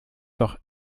doch